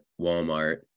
Walmart